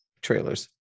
trailers